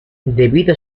debido